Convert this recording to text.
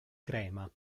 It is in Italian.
crema